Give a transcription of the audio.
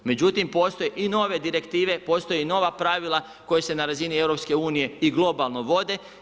Međutim, postoje i nove direktive, postoje i nova pravila, koja se na razini EU i globalno vode.